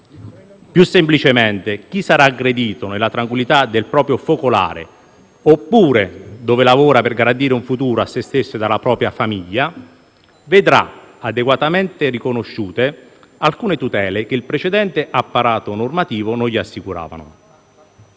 Più semplicemente, chi sarà aggredito nella tranquillità del proprio focolare oppure dove lavora, per garantire un futuro a se stesso e alla propria famiglia, vedrà adeguatamente riconosciute alcune tutele che il precedente apparato normativo non gli assicurava.